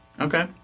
Okay